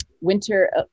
winter